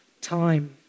time